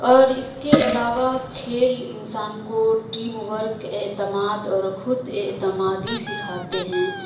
اور اس کے علاوہ کھیل انسان کو ٹیم ورک اعتماد اور خود اعتمادی سکھاتے ہیں